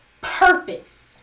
purpose